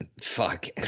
fuck